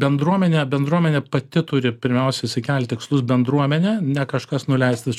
bendruomenė bendruomenė pati turi pirmiausia išsikelt tikslus bendruomenė ne kažkas nuleista iš